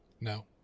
No